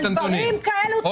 על דברים כאלה צריך להיאבק.